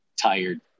tired